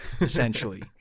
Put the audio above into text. essentially